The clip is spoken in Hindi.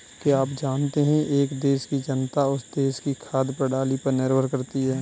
क्या आप जानते है एक देश की जनता उस देश की खाद्य प्रणाली पर निर्भर करती है?